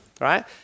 right